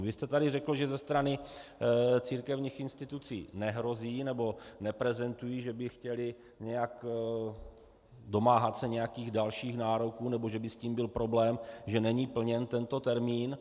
Vy jste tady řekl, že ze strany církevních institucí nehrozí, nebo neprezentují, že by se chtěly domáhat nějakých dalších nároků nebo že by s tím byl problém, že není plněn tento termín.